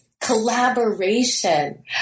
collaboration